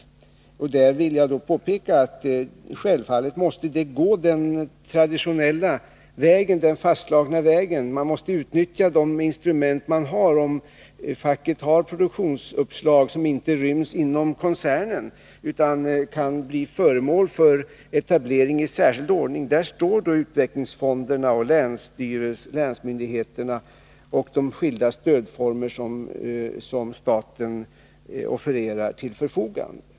Här vill jag dock påpeka att man måste gå den fastslagna vägen. Man är tvungen att utnyttja de instrument som man har. Har facket produktionsuppslag som inte ryms inom koncernen utan som måste bli föremål för etablering i särskild ordning, har vi ju utvecklingsfonderna, länsmyndigheterna och de skilda stödformer som staten ställer till förfogande.